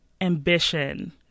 ambition